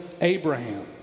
Abraham